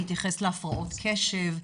בהתייחס להפרעות קשב,